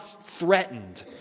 threatened